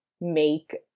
make